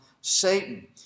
Satan